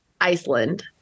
Iceland